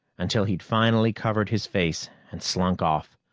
until he'd finally covered his face and slunk off,